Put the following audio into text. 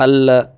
ಅಲ್ಲ